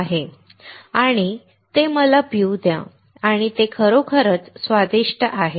ठीक आहे आणि मला ते पिऊ द्या आणि ते खरोखरच स्वादिष्ट आहे